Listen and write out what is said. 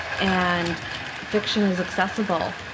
and fiction is accessible,